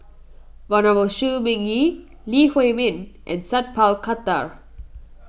Venerable Shi Ming Yi Lee Huei Min and Sat Pal Khattar